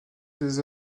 des